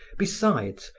besides,